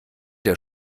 der